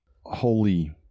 Holy